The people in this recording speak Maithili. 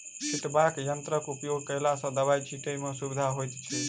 छिटबाक यंत्रक उपयोग कयला सॅ दबाई छिटै मे सुविधा होइत छै